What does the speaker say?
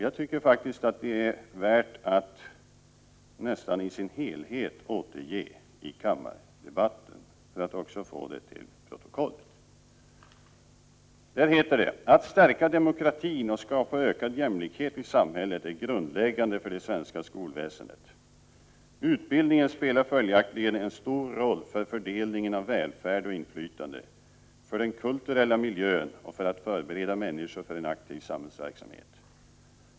Jag tycker faktiskt att det är värt att nästan i sin helhet återge i kammardebatten, för att också få det till protokollet. Där heter det: ”Att stärka demokratin och skapa ökad jämlikhet i samhället är grundläggande för det svenska skolväsendet. Utbildningen spelar följaktligen en stor roll för fördelningen av välfärd och inflytande, för den kulturella miljön och för att förbereda människor för en aktiv samhällsverksamhet.